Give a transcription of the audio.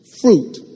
fruit